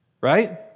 right